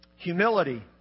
Humility